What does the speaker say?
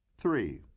Three